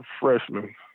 freshman